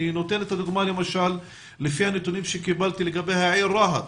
אני נותן את הדוגמה למשל של העיר רהט.